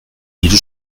diru